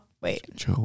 wait